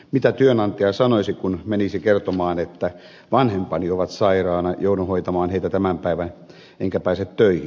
mitä työnantaja sanoisi kun menisi kertomaan että vanhempani ovat sairaana joudun hoitamaan heitä tämän päivän enkä pääse töihin